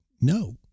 no